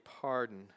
pardon